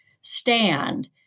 stand